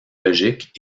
logiques